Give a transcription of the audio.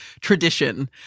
tradition